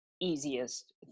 easiest